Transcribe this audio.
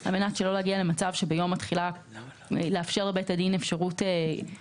על מנת לאפשר לבית הדין אפשרות להיערך,